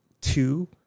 two